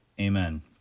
Amen